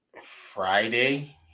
Friday